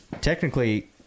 technically